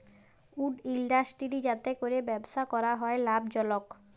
would industry যাতে ক্যরে ব্যবসা ক্যরা হ্যয় লাভজলক